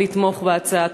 לתמוך בהצעה.